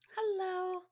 Hello